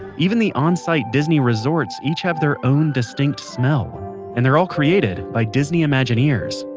even the on-site disney resorts each have their own distinct smell and they're all created by disney imagineers,